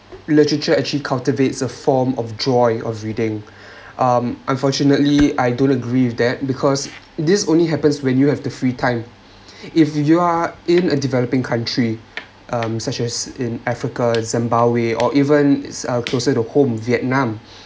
literature actually cultivates a form of joy of reading um unfortunately I don't agree with that because this only happens when you have the free time if you are in a developing country um such as in africa zimbabwe or even closer to home vietnam